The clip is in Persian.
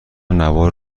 نوار